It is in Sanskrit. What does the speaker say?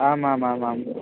आम् आम् आम् आम्